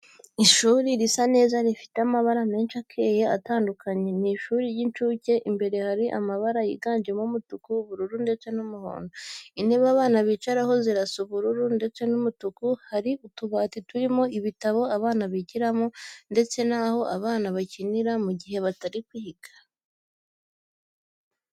Ishuri risa neza rifite amabara menshi akeye atandukanye, ni ishuri ry'incuke. Imbere hari amabara yiganjemo umutuku, ubururu, ndetse n'umuhondo. Intebe abana bicaraho zirasa ubururu, ndetse n'umutuku, Hari utubati turimo ibitabo abana bigiramo, ndetse naho abana bakinira mu gihe batari kwiga.